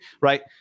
right